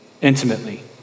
intimately